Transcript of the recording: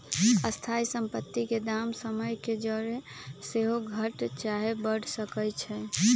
स्थाइ सम्पति के दाम समय के जौरे सेहो घट चाहे बढ़ सकइ छइ